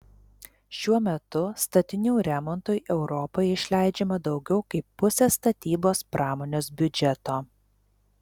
šiuo metu statinių remontui europoje išleidžiama daugiau kaip pusė statybos pramonės biudžeto